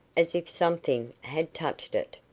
as if something had touched it.